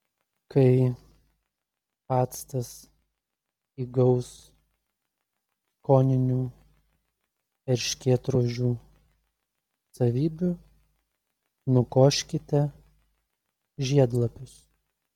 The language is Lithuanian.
kai actas įgaus skoninių erškėtrožių savybių nukoškite žiedlapius